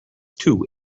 two